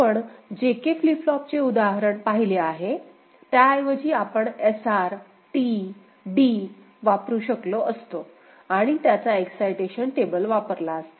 आपण JK flip फ्लॉपचे उदाहरण पाहिले आहे त्याऐवजी आपण SRT D वापरु शकलो असतो आणि त्यांचा एक्साईटेशन टेबल वापरला असता